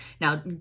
now